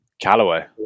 Callaway